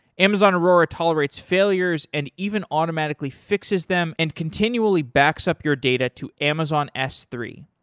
amazon aurora tolerates failures and even automatically fixes them and continually backs up your data to amazon s three,